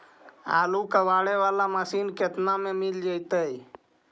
आलू कबाड़े बाला मशीन केतना में मिल जइतै?